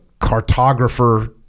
cartographer